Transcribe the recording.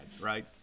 right